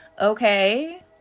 Okay